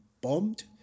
bombed